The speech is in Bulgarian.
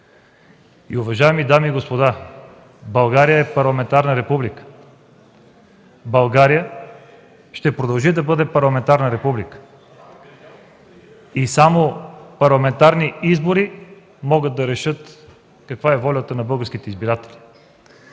И, уважаеми дами и господа, България е парламентарна република, България ще продължи да бъде парламентарна република и само парламентарни избори могат да решат каква е волята на българските избиратели.